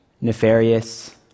Nefarious